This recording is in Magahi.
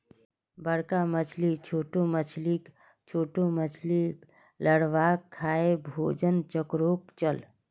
बड़का मछली छोटो मछलीक, छोटो मछली लार्वाक खाएं भोजन चक्रोक चलः